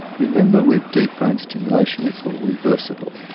remember, with deep brain stimulation it's all reversible,